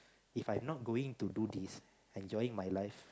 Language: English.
If I not going to do this enjoying my life